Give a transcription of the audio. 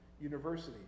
University